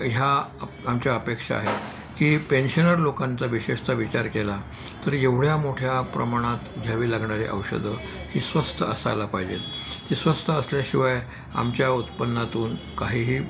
ह्या आप आमच्या अपेक्षा आहेत की पेन्शनर लोकांचा विशेषतः विचार केला तर एवढ्या मोठ्या प्रमाणात घ्यावी लागणारी औषधं ही स्वस्त असायला पाहिजेत ती स्वस्त असल्याशिवाय आमच्या उत्पन्नातून काहीही